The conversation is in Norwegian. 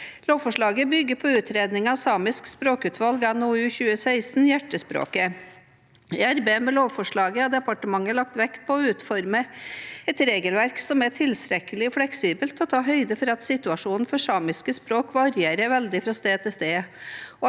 Lovforslaget bygger på utredningen fra samisk språkutvalg, NOU 2016: 18, Hjertespråket. I arbeidet med lovforslaget har departementet lagt vekt på å utforme et regelverk som er tilstrekkelig fleksibelt til å ta høyde for at situasjonen for samiske språk varierer veldig fra sted til sted,